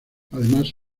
además